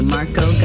Marco